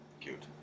Cute